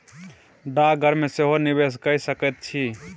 डाकघर मे सेहो निवेश कए सकैत छी